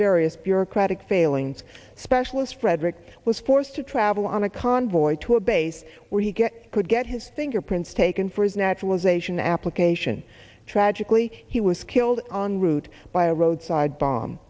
various bureaucratic failings specialist frederick was forced to travel on a convoy to a base where he gets could get his fingerprints taken for his naturalization application tragically he was killed on route by a roadside bomb